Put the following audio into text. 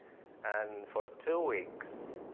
and for two weeks,